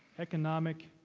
economic,